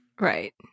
Right